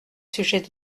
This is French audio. sujet